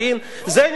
זה נראה לך תקין?